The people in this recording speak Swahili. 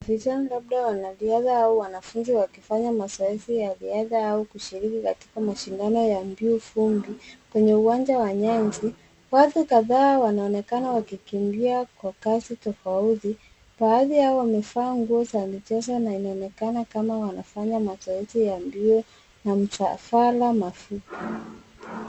Vijana labda wanariadha au wanafunzi, wakifanya mazoezi ya riadha au kushiriki katika mashindano ya mbio fupi kwenye uwanja wa nyasi. Watu kadhaa wanaonekana wakikimbia kwa kasi tofauti. Baadhi yao wamevaa nguo za michezo na inaonekana kama wanafanya mazoezi ya mbio ya msafara na fupi.